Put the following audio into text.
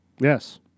Yes